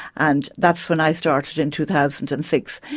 and that's when i started in two thousand and six,